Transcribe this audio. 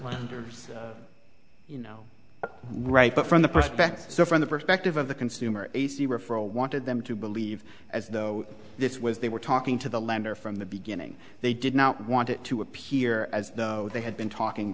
yours you know right but from the perspective so from the perspective of the consumer base the referral wanted them to believe as though this was they were talking to the lender from the beginning they did not want it to appear as though they had been talking